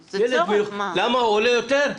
למה הוא עולה יותר?